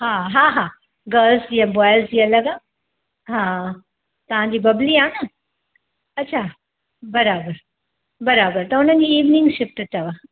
हा हा हा गर्ल्स या बॉईज़ जी अलॻि आहे हा तव्हां जी बबली आहे न अच्छा बराबर बराबर त उन्हनि जी इवनिंग शिफ़्ट अथव